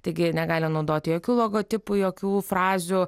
taigi negali naudoti jokių logotipų jokių frazių